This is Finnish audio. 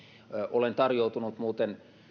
olen tarjoutunut muuten